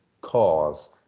cause